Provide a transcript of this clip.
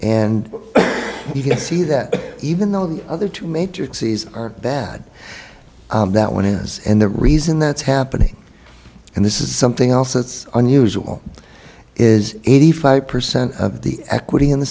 and you can see that even though the other two matrixes are bad that one is and the reason that's happening and this is something else that's unusual is eighty five percent of the equity in the